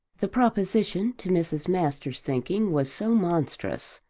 the proposition to mrs. masters' thinking was so monstrous,